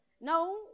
No